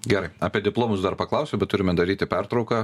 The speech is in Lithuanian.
gerai apie diplomus dar paklausiu bet turime daryti pertrauką